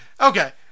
Okay